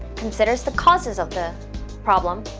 considers the causes of the problem,